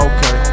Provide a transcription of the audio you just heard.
Okay